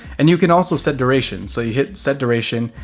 and you can also set duration. so you hit set duration,